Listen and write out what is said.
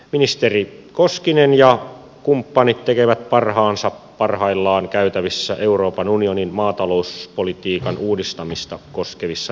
ministeri koskinen ja kumppanit tekevät parhaansa parhaillaan käytävissä euroopan unionin maatalouspolitiikan uudistamista koskevissa neuvotteluissa